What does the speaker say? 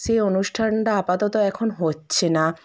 সেই অনুষ্ঠানটা আপাতত এখন হচ্ছে না